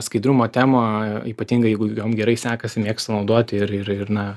skaidrumo tema ypatingai jeigu jom gerai sekasi mėgsta naudoti ir ir ir na